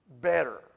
better